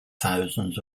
thousands